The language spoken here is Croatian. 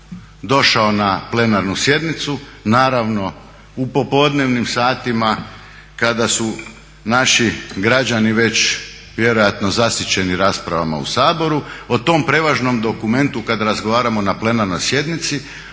došao na plenarnu sjednicu, naravno u popodnevnim satima kada su naši građani već vjerojatno zasićeni raspravama u Saboru, o tom prevažnom dokumentu kada razgovaramo na plenarnoj sjednici